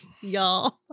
y'all